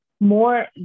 more